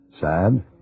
Sad